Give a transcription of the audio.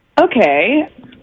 Okay